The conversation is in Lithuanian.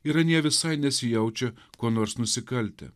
yra anie visai nesijaučia kuo nors nusikaltę